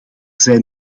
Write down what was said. zijn